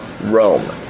Rome